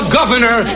governor